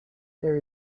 there